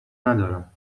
ندارم